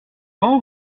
quand